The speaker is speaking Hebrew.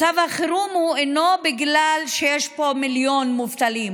מצב החירום אינו בגלל שיש פה מיליון מובטלים,